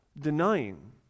denying